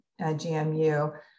GMU